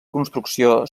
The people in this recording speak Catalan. construcció